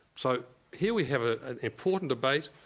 so here we have ah an important debate,